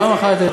פעם אחת,